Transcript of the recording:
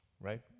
right